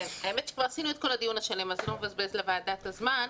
האמת שכבר עשינו את כל הדיון השלם אז לא נבזבז לוועדה את הזמן,